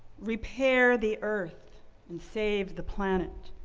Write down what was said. repair the earth and save the planet.